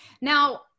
Now